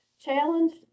challenged